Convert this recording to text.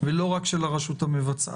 ולא רק של הרשות המבצעת.